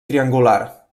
triangular